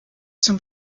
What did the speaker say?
zum